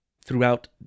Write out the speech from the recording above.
throughout